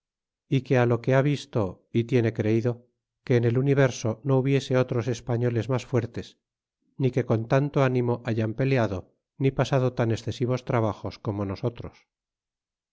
é que lo cine ha visto y tiene creido que en el universo no hubiese otros españoles mas fuertes ni que con tanto ánimo hayan peleado ni pasado tan excesivos trabajos como nosotros